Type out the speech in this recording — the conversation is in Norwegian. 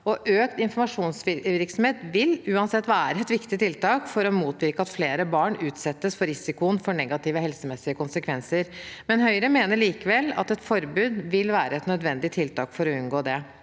Økt informasjonsvirksomhet vil uansett være et viktig tiltak for å motvirke at flere barn utsettes for risikoen for negative helsemessige konsekvenser. Høyre mener likevel at et forbud vil være et nødvendig tiltak for å unngå dette.